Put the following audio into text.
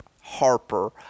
Harper